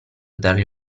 dargli